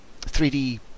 3D